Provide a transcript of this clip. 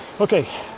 Okay